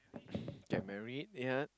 get married yeah